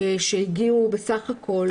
שהגיעו בסך הכל